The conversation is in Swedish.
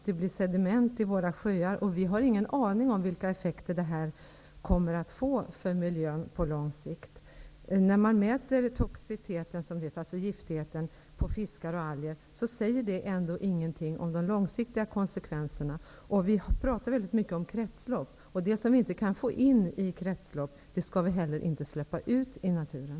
Det blir sediment i våra sjöar. Vi har ingen aning om vilka effekter det kommer att få för miljön på lång sikt. När man mäter toxiteten, alltså giftigheten, på fiskar och alger säger det ändå ingenting om de långsiktiga konsekvenserna. Vi talar väldigt mycket om kretslopp. Det som vi inte får in i ett kretslopp skall vi inte heller släppa ut i naturen.